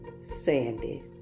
Sandy